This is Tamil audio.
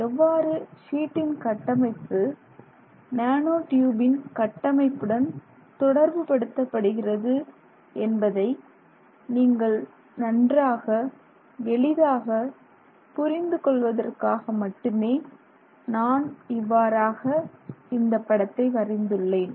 எவ்வாறு ஷீட்டின் கட்டமைப்பு நேனோ ட்யூபின் கட்டமைப்புடன் தொடர்புபடுத்தப்படுகிறது என்பதை நீங்கள் நன்றாக எளிதாக புரிந்து கொள்வதற்காக மட்டுமே நான் இவ்வாறாக இந்தப் படத்தை வரைந்துள்ளேன்